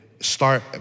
start